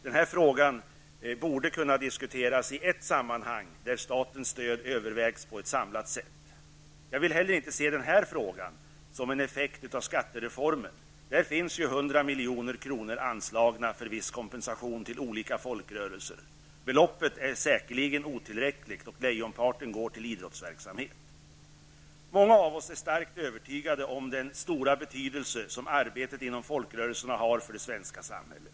Den frågan borde kunna diskuteras i ett sammanhang där statens stöd övervägs på ett samlat sätt. Jag vill inte heller se den här frågan som en effekt av skattereformen. Där finns ju 100 milj.kr. anslagna för viss kompensation till olika folkrörelser. Beloppet är säkerligen otillräckligt, och lejonparten går till idrottsverksamhet. Många av oss är starkt övertygade om den stora betydelse som arbetet inom folkrörelserna har för det svenska samhället.